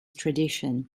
tradition